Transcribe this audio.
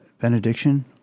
benediction